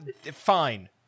fine